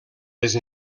les